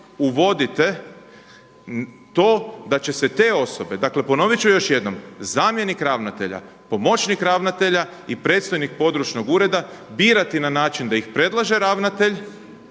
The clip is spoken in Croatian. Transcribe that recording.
uvodite to da će se te osobe, dakle, ponovit ću još jednom: zamjenik ravnatelja, pomoćnik ravnatelja i predstojnik područnog ureda birati na način da ih predlaže ravnatelj,